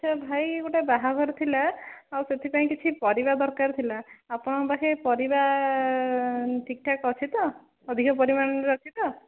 ଆଚ୍ଛା ଭାଇ ଗୋଟେ ବାହାଘର ଥିଲା ଆଉ ସେଥିପାଇଁ କିଛି ପାରିବା ଦରକାର ଥିଲା ଆପଣଙ୍କ ପାଖେ ପରିବା ଠିକ୍ ଠାକ୍ ଅଛି ତ ଅଧିକ ପରିମାଣରେ ଅଛି ତ